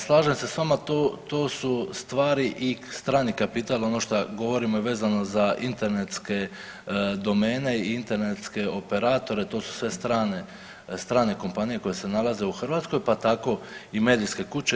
Slažem se s vama tu su stvari i strani kapital ono što govorimo vezano za internetske domene i internetske operatore, to su sve strane kompanije koje se nalaze u Hrvatsku pa tako i medijske kuće.